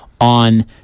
on